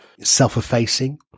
self-effacing